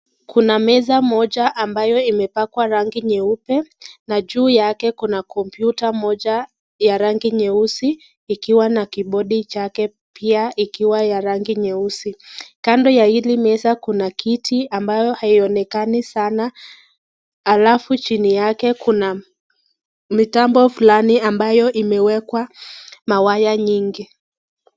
Kuna meza moja ambayo imepakwa rangi nyeupe na juu yake kuna kompyuta moja ya rangi nyeusi ikiwa na kibodi chake, pia ikiwa ya rangi nyeusi. Kando ya hili meza kuna kiti ambayo haionekani sana, alafu chini yake kuna mitambo fulani ambayo imewekwa mawaya nyingi.